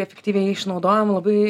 efektyviai jį išnaudojam labai